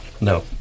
No